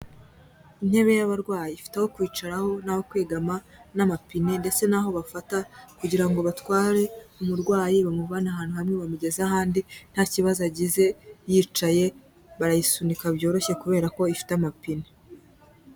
Intebe y'abarwayi, ifite aho kwicaraho n'aho kwegama n'amapine ndetse n'aho bafata kugira ngo batware umurwayi bamuvane ahantu hamwe bamugeze ahandi, nta kibazo agize yicaye, barayisunika byoroshye kubera ko ifite amapine.